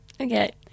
Okay